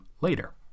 later